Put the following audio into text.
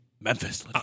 Memphis